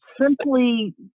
simply